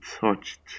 touched